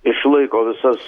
išlaiko visas